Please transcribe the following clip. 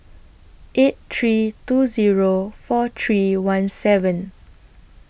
eight three two Zero four three one seven